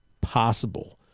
possible